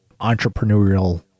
entrepreneurial